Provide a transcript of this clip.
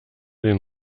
den